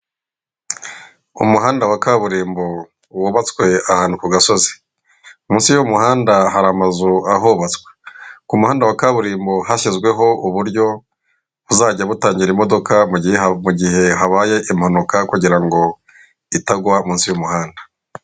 Umuhanda wa kaburimbo wubatswe ahantu ku gasozi, munsi y'umuhanda hari amazu ahubatswe. Ku muhanda wa kaburimbo hashyizweho uburyo buzajya butangiragera imodoka mu mu gihe habaye impanuka, kugirango itagwa munsi y'umuhanda.